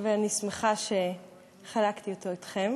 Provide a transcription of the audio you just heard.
ואני שמחה שחלקתי אותו אתכם,